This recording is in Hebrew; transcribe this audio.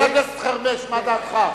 חבר הכנסת חרמש, מה דעתך?